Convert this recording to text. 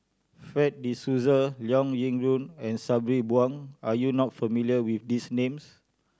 Fred De Souza Liao Yingru and Sabri Buang are you not familiar with these names